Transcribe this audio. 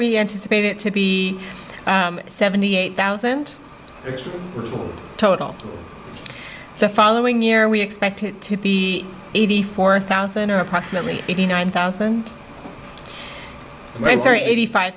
we anticipate it to be seventy eight thousand total the following year we expect it to be eighty four thousand or approximately eighty nine thousand i'm sorry eighty five